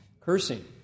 cursing